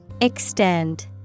Extend